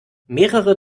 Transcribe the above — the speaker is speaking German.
mehrere